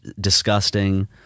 disgusting